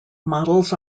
models